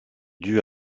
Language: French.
due